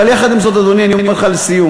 אבל יחד עם זאת, אדוני, אני אומר לך לסיום.